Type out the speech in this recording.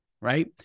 right